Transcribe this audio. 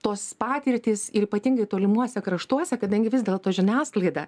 tos patirtys ir ypatingai tolimuose kraštuose kadangi vis dėlto žiniasklaida